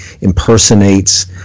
Impersonates